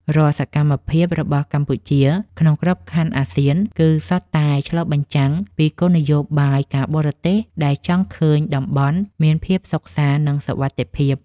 រាល់សកម្មភាពរបស់កម្ពុជាក្នុងក្របខ័ណ្ឌអាស៊ាន គឺសុទ្ធតែឆ្លុះបញ្ចាំងពីគោលនយោបាយការបរទេសដែលចង់ឃើញតំបន់មានភាពសុខសាន្ត និងសុវត្ថិភាព។